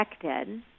affected